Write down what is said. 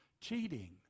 cheating